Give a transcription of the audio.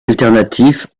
alternatif